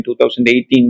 2018